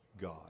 God